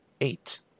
eight